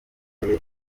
bibaye